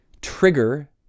trigger